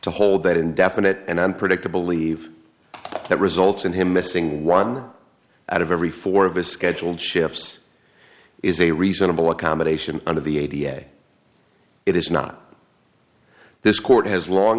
to hold that indefinite and unpredictable leave that results in him missing one out of every four of his scheduled shifts is a reasonable accommodation under the way it is not this court has long